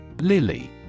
Lily